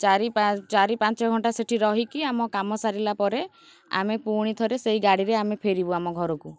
ଚାରି ଚାରି ପାଞ୍ଚ ଘଣ୍ଟା ସେଠି ରହିକି ଆମ କାମ ସାରିଲା ପରେ ଆମେ ପୁଣି ଥରେ ସେଇ ଗାଡ଼ିରେ ଆମେ ଫେରିବୁ ଆମ ଘରକୁ